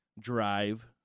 drive